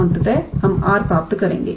तो अंततः हम r प्राप्त करेंगे